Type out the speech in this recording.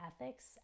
ethics